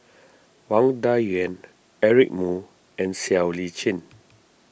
Wang Dayuan Eric Moo and Siow Lee Chin